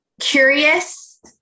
curious